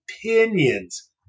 opinions